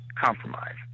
compromise